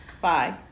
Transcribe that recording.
bye